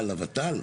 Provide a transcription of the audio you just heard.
אה, לות"ל?